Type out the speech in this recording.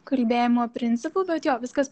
kalbėjimo principu bet jo viskas